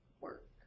work